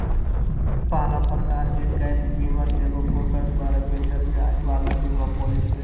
पहला प्रकार के गैप बीमा मे एगो ब्रोकर द्वारा बेचल जाय वाला बीमा पालिसी हय